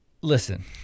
Listen